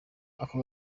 ako